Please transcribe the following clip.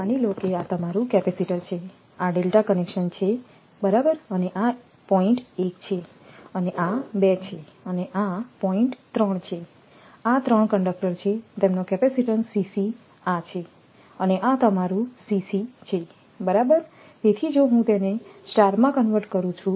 માની લો કે આ તમારું કેપેસિટર છે આ ડેલ્ટા કનેક્શન છે બરાબર અને આ પોઇન્ટ્1 છે અને આ 2 છે અને આ પોઇન્ટ્3 છે આ 3 કંડકટર છે તેમનો કેપેસિટીન્સ આ છે અને આ તમારું છે બરાબર તેથી જો હું તેને સ્ટારમાં કન્વર્ટ કરું છું